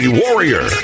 warrior